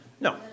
No